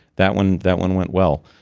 that one that one went well.